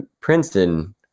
princeton